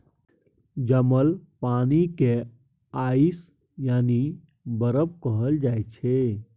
जमल पानि केँ आइस यानी बरफ कहल जाइ छै